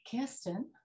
Kirsten